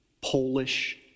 Polish